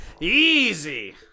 Easy